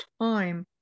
time